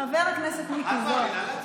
אוה, הינה, חבר הכנסת מיקי זוהר, את מאמינה לעצמך?